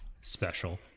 special